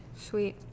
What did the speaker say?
Sweet